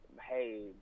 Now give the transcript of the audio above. hey